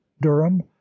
Durham